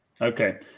Okay